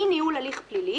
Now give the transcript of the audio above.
אי-ניהול הליך פלילי,